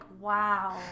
wow